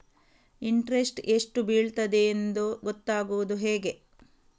Interest ಎಷ್ಟು ಬೀಳ್ತದೆಯೆಂದು ಗೊತ್ತಾಗೂದು ಹೇಗೆ?